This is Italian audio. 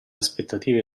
aspettative